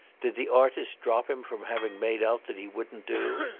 did the artist drop him from having made out that he wouldn't do?